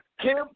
Kim